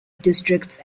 districts